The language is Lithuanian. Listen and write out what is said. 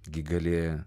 gi gali